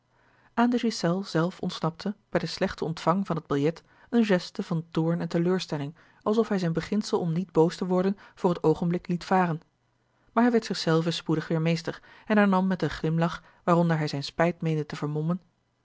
aan de ghiselles zelf ontsnapte bij den slechten ontvang van het biljet eene geste van toorn en teleurstelling alsof hij zijn beginsel om niet boos te worden voor het oogenblik liet varen maar hij werd zich zelven spoedig weêr meester en hernam met een glimlach waaronder hij zijne spijt meende te vermommen